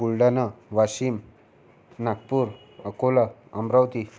Buldhana Washim Nagpur Akola Amravati